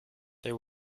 there